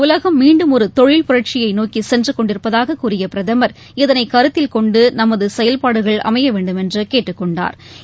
உலகம் மீண்டும் ஒரு தொழில் புரட்சியை நோக்கி சென்று கொண்டிருப்பதாகக் கூறிய பிரதமா் இதனை கருத்தில் கொண்டு நமது செயல்பாடுகள் அமைய வேண்டுமென்று கேட்டுக் கொண்டாா்